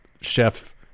Chef